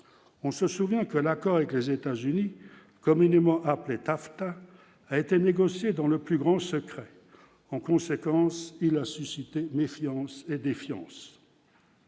on se souvient que l'accord avec les États-Unis, communément appelé taffetas a été négocié dans le plus grand secret, en conséquence, il a suscité méfiance et défiance.